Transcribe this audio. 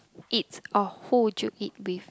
eat or who would you eat with